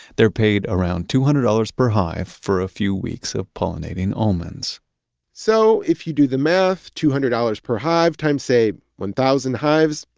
they're paid around two hundred dollars per hive for a few weeks of pollinating almonds so if you do the math, two hundred dollars per hive times, say, one thousand hives,